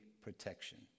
protection